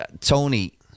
Tony